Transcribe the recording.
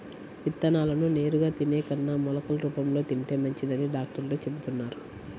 విత్తనాలను నేరుగా తినే కన్నా మొలకలు రూపంలో తింటే మంచిదని డాక్టర్లు చెబుతున్నారు